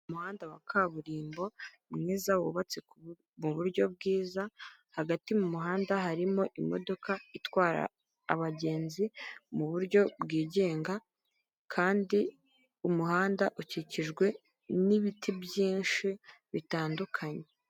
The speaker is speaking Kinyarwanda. Umuhanda wa kaburimbo mwiza wubatse mu buryo bwiza, hagati mu muhanda harimo imodoka itwara abagenzi mu buryo bwigenga kandi umuhanda ukikijwe n'ibiti byinshi bitandukanye.